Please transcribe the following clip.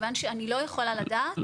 כיוון שאני לא יכולה לדעת.